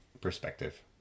perspective